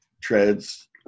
treads